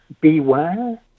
beware